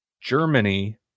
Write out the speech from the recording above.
Germany